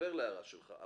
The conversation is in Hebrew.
שאין כתבי אישום.